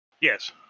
Yes